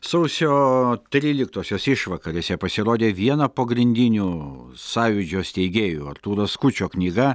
sausio tryliktosios išvakarėse pasirodė viena pagrindinių sąjūdžio steigėjų artūro skučio knyga